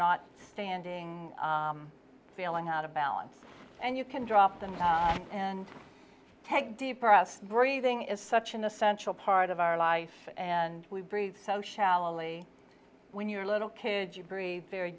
not standing feeling out of balance and you can drop them and take deep breaths breathing is such an essential part of our life and we breathe so shallowly when you're a little kid you breathe very